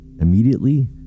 Immediately